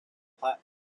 platform